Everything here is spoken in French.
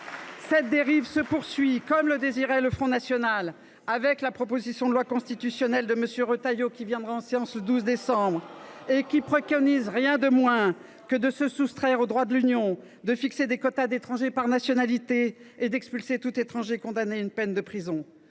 Cette dérive se poursuit, comme le désirait le Front national, avec la proposition de loi constitutionnelle de Bruno Retailleau que nous examinerons en séance publique le 12 décembre prochain et qui ne préconise rien de moins que de se soustraire au droit de l’Union européenne, de fixer des quotas d’étrangers par nationalité et d’expulser tout étranger condamné à une peine de prison.